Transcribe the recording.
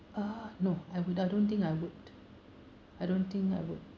uh no I would I don't think I would I don't think I would